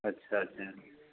अच्छा छै